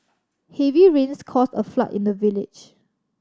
heavy rains caused a flood in the village